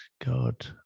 god